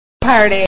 Party